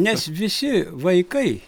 nes visi vaikai